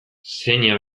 zeina